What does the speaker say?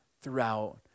throughout